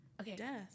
Okay